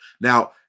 Now